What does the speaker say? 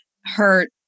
hurt